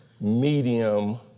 medium